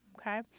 Okay